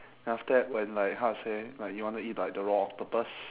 then after that when like how I say like you want to eat like the raw octopus